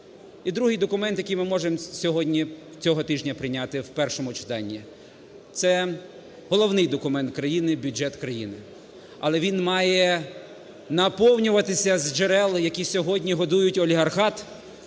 І другий документ, який ми можемо сьогодні, цього тижня прийняти в першому читанні, - це головний документ країни – бюджет країни. Але він має наповнюватися з джерел, які сьогодні годують олігархат,